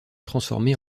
transformée